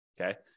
Okay